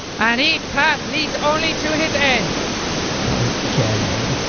and each path leads only to his end ah ok?